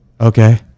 okay